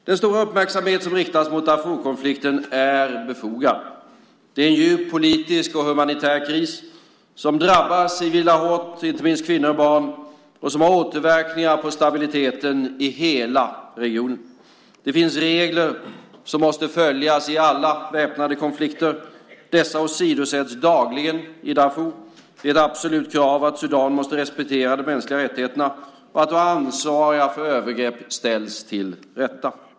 Den stora uppmärksamhet som riktas mot Darfurkonflikten är befogad. Det är en djup politisk och humanitär kris som drabbar civila hårt, inte minst kvinnor och barn, och som har återverkningar på stabiliteten i hela regionen. Det finns regler som måste följas i alla väpnade konflikter. Dessa åsidosätts dagligen i Darfur. Det är ett absolut krav att Sudan måste respektera de mänskliga rättigheterna och att de ansvariga för övergrepp ställs inför rätta.